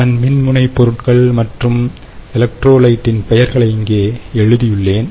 நான் மின்முனை பொருட்கள் மற்றும் எலக்ட்ரோலைட்டின் பெயர்களை இங்கே எழுதியுள்ளேன்